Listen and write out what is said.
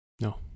No